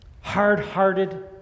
hard-hearted